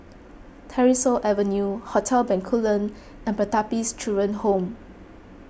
Tyersall Avenue Hotel Bencoolen and Pertapis Children Home